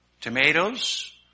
tomatoes